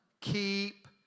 keep